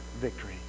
victory